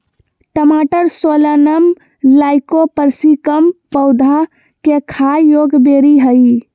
टमाटरसोलनम लाइकोपर्सिकम पौधा केखाययोग्यबेरीहइ